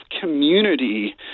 community